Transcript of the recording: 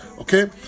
okay